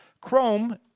Chrome